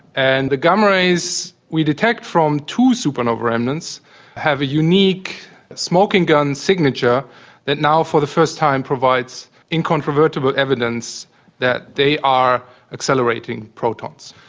and the gamma rays we detect from two supernova remnants have a unique smoking-gun signature that now for the first time provides incontrovertible evidence that they are accelerating protons.